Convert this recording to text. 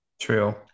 true